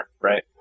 right